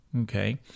okay